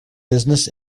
business